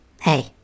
hey